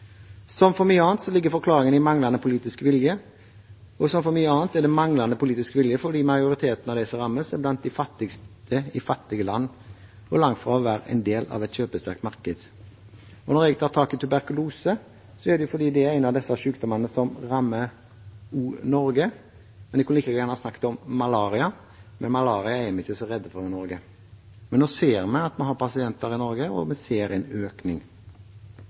Som for mye annet ligger forklaringen i manglende politisk vilje, og som for mye annet er det manglende politisk vilje fordi majoriteten av dem som rammes, er blant de fattigste i fattige land og langt fra å være en del av et kjøpesterkt marked. Når jeg tar tak i tuberkulose, er det fordi det er en av sykdommene som også rammer Norge. Jeg kunne like gjerne snakket om malaria, men malaria er vi ikke så redde for i Norge. Men nå ser vi at vi har pasienter i Norge, og vi ser en økning.